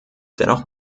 dennoch